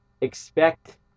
Expect